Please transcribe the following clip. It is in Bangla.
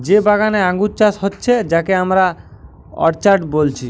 যে বাগানে আঙ্গুর চাষ হচ্ছে যাকে আমরা অর্চার্ড বলছি